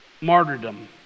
martyrdom